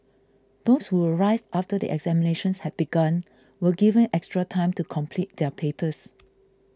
those who arrived after the examinations had begun were given extra time to complete their papers